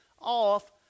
off